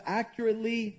accurately